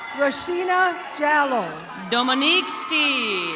rashina jalo. dominique steve.